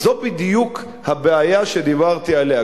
זו בדיוק הבעיה שדיברתי עליה.